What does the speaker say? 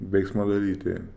veiksmą daryti